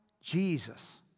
Jesus